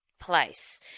place